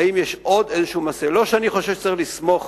לא שאני חושב שצריך לסמוך